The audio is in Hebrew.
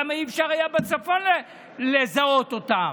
למה לא היה אפשר בצפון לזהות אותם?